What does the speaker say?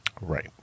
Right